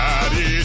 Daddy